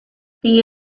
the